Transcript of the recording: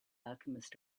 alchemist